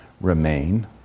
remain